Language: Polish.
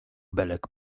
belek